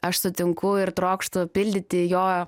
aš sutinku ir trokštu pildyti jo